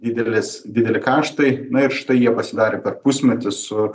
didelis dideli kaštai na štai jie pasidarė per pusmetį su